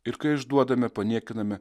ir kai išduodame paniekiname